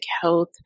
health